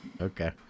Okay